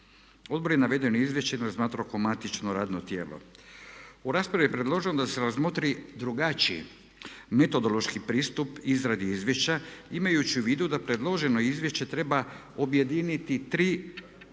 Odbor je navedeno izvješće razmatrao kao matično radno tijelo. U raspravi je predloženo da se razmotri drugačiji metodološki pristup izradi izvješća imajući u vidu da predloženo izvješće treba objediniti tri ranija